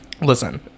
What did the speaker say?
listen